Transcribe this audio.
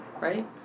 Right